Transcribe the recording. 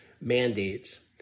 mandates